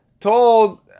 Told